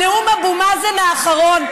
נאום אבו מאזן האחרון,